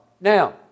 Now